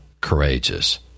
courageous